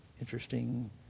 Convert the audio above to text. interesting